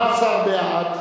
18 בעד,